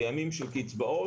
בימים של קצבאות,